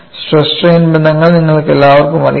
stress strain ബന്ധങ്ങൾ നിങ്ങൾക്കെല്ലാവർക്കും അറിയാം